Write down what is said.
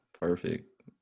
Perfect